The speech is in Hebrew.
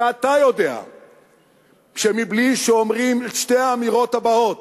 כשאתה יודע שבלי שאומרים את שתי האמירות הבאות: